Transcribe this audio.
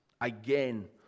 again